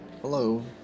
Hello